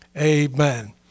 Amen